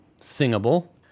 singable